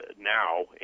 now